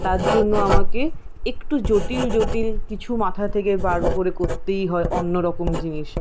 তার জন্য আমাকে একটু জটিল জটিল কিছু মাথা থেকে বার করে করতেই হয় অন্যরকম জিনিস